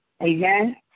Amen